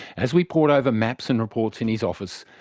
as we poured over maps and reports in his office,